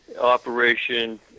operation